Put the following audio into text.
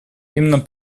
именно